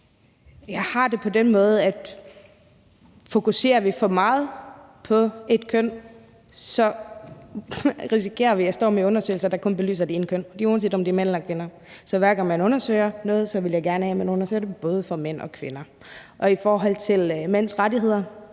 Jeg har det på den måde, at fokuserer vi for meget på ét køn, risikerer vi at stå med undersøgelser, der kun belyser det ene køn. Det er, uanset om det er mænd eller kvinder. Så hver gang man undersøger noget, vil jeg gerne have, at man undersøger det både for mænd og kvinder. I forhold til mænds rettigheder